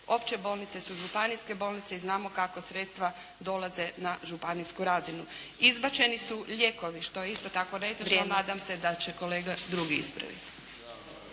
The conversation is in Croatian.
Opće bolnice su županijske bolnice i znamo kako sredstva dolaze na županijsku razinu. Izbačeni su lijekovi, što je isto tako netočno, nadam se da će kolege drugi ispraviti.